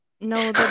No